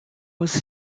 was